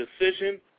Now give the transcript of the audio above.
decision